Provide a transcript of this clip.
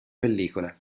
pellicola